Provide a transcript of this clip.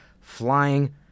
flying